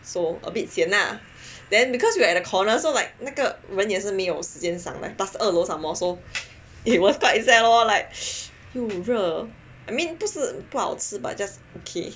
so a bit sian lah then because we are at a corner so like 那个人也没有时间上来 plus 二楼 some more so it was quite sad lor like 又热 I mean 不是不好吃 but just okay